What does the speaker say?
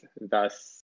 thus